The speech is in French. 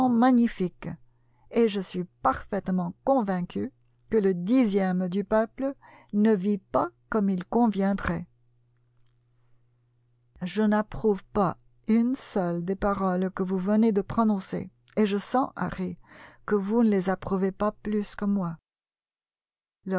magnifique et je suis parfaitement convaincu que le dixième du peuple ne vit pas comme il conviendrait je n'approuve pas une seule des paroles que vous venez de prononcer et je sens harry que vous ne les approuvez pas plus que moi